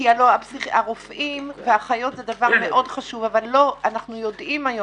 כי הלא הרופאים והאחיות זה דבר מאוד חשוב אבל אנחנו יודעים היום,